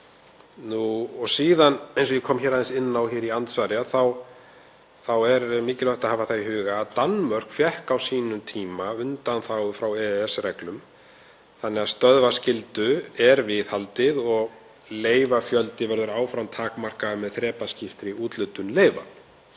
Síðan, eins og ég kom aðeins inn á í andsvari, er mikilvægt að hafa í huga að Danmörk fékk á sínum tíma undanþágu frá EES-reglum þannig að stöðvaskyldu er viðhaldið og leyfafjöldi verður áfram takmarkaður með þrepaskiptri úthlutun leyfa.